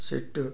చెట్టు